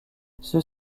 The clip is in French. ceux